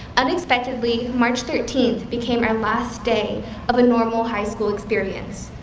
unexpectedly, march thirteenth became our last day of a normal high school experience,